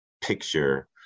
picture